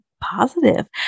positive